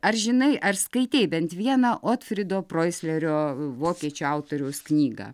ar žinai ar skaitei bent vieną otfrido proislerio vokiečių autoriaus knygą